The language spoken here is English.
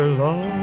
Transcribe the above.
love